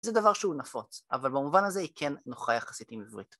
זה דבר שהוא נפוץ, אבל במובן הזה היא כן נוחה יחסית עם עברית.